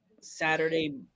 Saturday